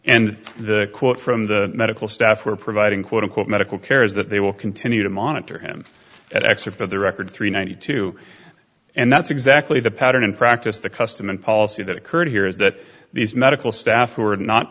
and the quote from the medical staff were providing quote unquote medical care is that they will continue to monitor him excerpts of the record three ninety two and that's exactly the pattern in practice the custom and policy that occurred here is that these medical staff were not